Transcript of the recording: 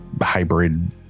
hybrid